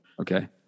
Okay